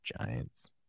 Giants